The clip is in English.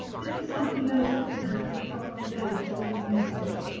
this is something else that can happen apart from pages being missing.